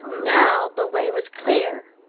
now the way was clear.